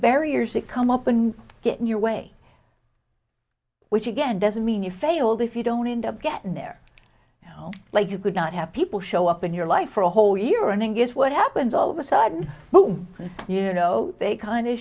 barriers that come up and get in your way which again doesn't mean you failed if you don't end up getting there you know like you could not have people show up in your life for a whole year and then guess what happens all of a sudden boom and you know they kind of